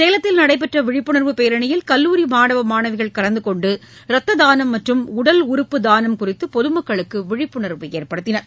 சேலத்தில் நடைபெற்ற விழிப்புணர்வு பேரணியில் கல்லூரி மாணவ மாணவிகள் கலந்து கொண்டு ரத்த தானம் மற்றும் உடல் உறுப்பு தானம் குறித்து பொதுமக்களுக்கு விழிப்புணர்வு ஏற்படுத்தினர்